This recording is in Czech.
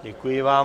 Děkuji vám.